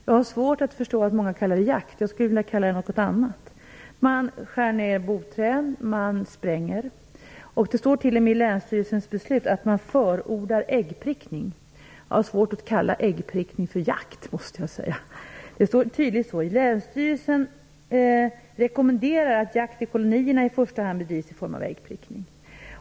Jag har svårt att förstå att många kallar det jakt. Jag skulle vilja kalla det något annat. Man skär ner boträd och spränger. Det står t.o.m. i länsstyrelsens beslut att man förordar äggprickning. Jag har svårt att kalla äggprickning för jakt. Det står tydligt så. Länsstyrelsen rekommenderar att jakt i kolonierna i första hand bedrivs i form av äggprickning.